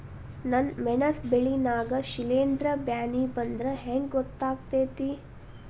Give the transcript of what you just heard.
ನನ್ ಮೆಣಸ್ ಬೆಳಿ ನಾಗ ಶಿಲೇಂಧ್ರ ಬ್ಯಾನಿ ಬಂದ್ರ ಹೆಂಗ್ ಗೋತಾಗ್ತೆತಿ?